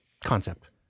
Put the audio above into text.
concept